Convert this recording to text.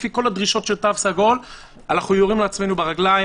לפי כל הדרישות של תו סגול - אנחנו יורים לעצמנו ברגליים,